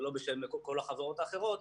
ולא בשם כל החברות האחרות.